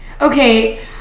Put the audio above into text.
Okay